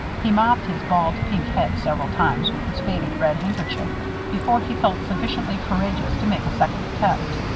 he mopped his bald pink head several times with his faded red handkerchief before he felt sufficiently courageous to make a second attempt.